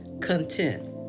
content